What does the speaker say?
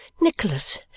Nicholas